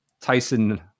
Tyson